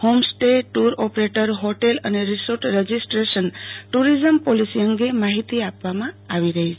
home stay tour operator hotel અને resort registration tourism policy અંગે માહિતી આપવામાં આવી રહી છે